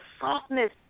softness